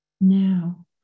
now